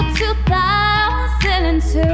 2002